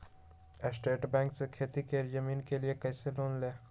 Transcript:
State bank से खेती की जमीन के लिए कैसे लोन ले?